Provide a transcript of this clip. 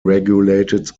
regulated